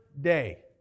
day